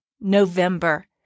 November